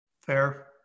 Fair